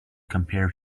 compare